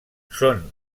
són